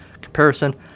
comparison